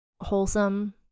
wholesome